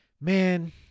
man